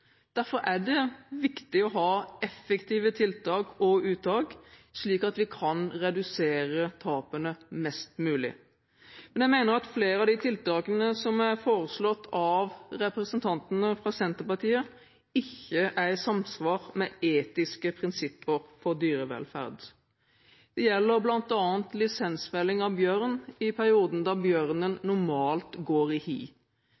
Derfor er det viktig å ha effektive tiltak og uttak, slik at vi kan redusere tapene mest mulig. Men jeg mener flere av tiltakene som er foreslått av representantene fra Senterpartiet, ikke er i samsvar med etiske prinsipper for dyrevelferd. Det gjelder bl.a. lisensfelling av bjørn i perioden da bjørnen normalt går i hi.